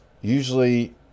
usually